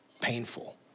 painful